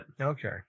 okay